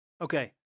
Okay